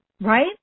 right